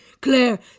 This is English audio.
Claire